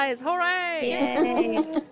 Hooray